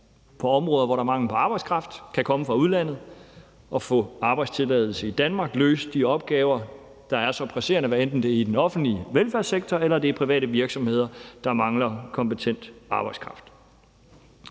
på områder, hvor der er mangel på arbejdskraft, kan komme fra udlandet og få arbejdstilladelse i Danmark, løse de opgaver, der er så presserende, hvad enten det er i den offentlige velfærdssektor, eller om det er private virksomheder, der mangler kompetent arbejdskraft.